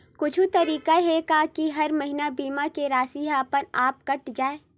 कुछु तरीका हे का कि हर महीना बीमा के राशि हा अपन आप कत जाय?